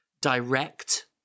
direct